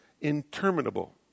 interminable